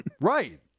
Right